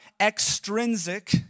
extrinsic